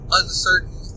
uncertain